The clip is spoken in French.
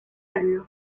allure